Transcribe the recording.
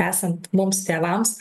esant mums tėvams